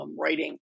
writing